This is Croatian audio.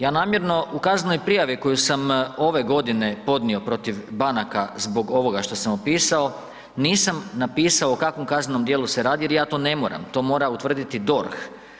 Ja namjerno u kaznenoj prijavi koju sam ove godine podnio protiv banaka zbog ovoga što sam opisao nisam napisao o kakvom kaznenom djelu se radi jer ja to ne moram, to mora utvrditi DORH.